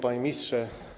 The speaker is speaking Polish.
Panie Ministrze!